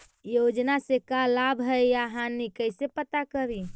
योजना से का लाभ है या हानि कैसे पता करी?